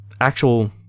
actual